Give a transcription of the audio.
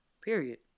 Period